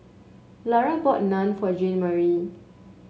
Laura bought Naan for Jeanmarie